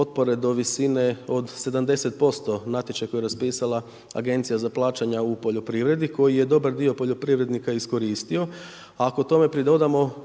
potpore do visine od 70% natječaj koji je raspisala agencija za plaćanja u poljoprivredi koji je dobar dio poljoprivrednika iskoristio. Ako tome pridodamo